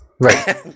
Right